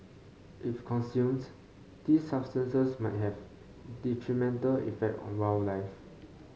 if consumed these substances might have detrimental effect on wildlife